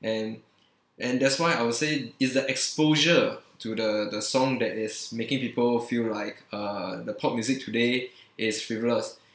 and and that's why I would say it's the exposure to the the song that is making people feel like uh the pop music today is frivolous